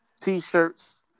t-shirts